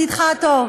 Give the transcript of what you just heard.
ידידך הטוב?